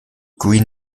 green